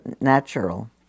natural